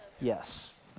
Yes